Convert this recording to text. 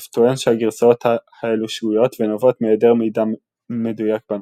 טוען שהגרסאות האלו שגויות ונובעות מהיעדר מידע מדויק בנושא,